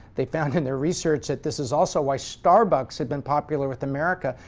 they found in their research that this is also why starbucks had been popular with america,